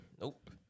Nope